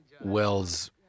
Wells